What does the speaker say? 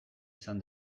izan